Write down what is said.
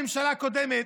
הייתה כאן ממשלה קודמת,